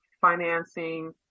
financing